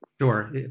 Sure